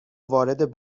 وارد